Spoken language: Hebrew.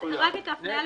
נקודה,